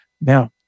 Now